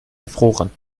erfroren